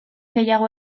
gehiago